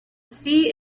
see